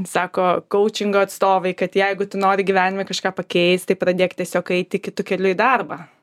sako koučingo atstovai kad jeigu tu nori gyvenime kažką pakeisti pradėk tiesiog eiti kitu keliu į darbą